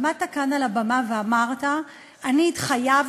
עמדת כאן על הבמה ואמרת: אני התחייבתי,